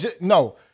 no